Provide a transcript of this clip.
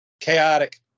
Chaotic